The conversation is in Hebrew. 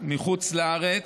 מחוץ לארץ,